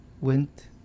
went